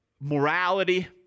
morality